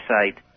site